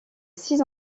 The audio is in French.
six